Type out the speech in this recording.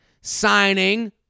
signing